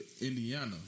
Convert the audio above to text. Indiana